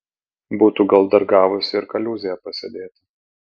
būtų gal dar gavusi ir kaliūzėje pasėdėti